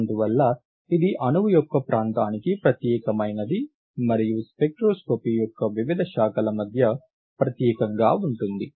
అందువల్ల ఇది అణువు యొక్క ప్రాంతానికి ప్రత్యేకమైనది మరియు స్పెక్ట్రోస్కోపీ యొక్క వివిధ శాఖల మధ్య ప్రత్యేకంగా ఉంటుంది